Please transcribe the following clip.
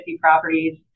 properties